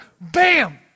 Bam